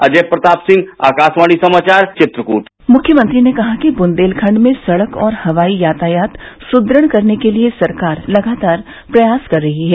अजय प्रताप सिंह आकाशवाणी समाचार चित्रकूट मुख्यमंत्री ने कहा कि बुन्देलखण्ड में सड़क और हवाई यातयात सुदृढ़ करने के लिये सरकार लगातार प्रयास कर रही है